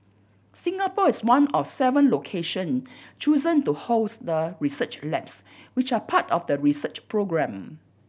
Singapore is one of seven location chosen to host the research labs which are part of the research programme